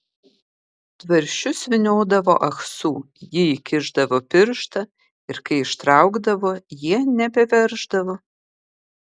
tvarsčius vyniodavo ahsu ji įkišdavo pirštą ir kai ištraukdavo jie nebeverždavo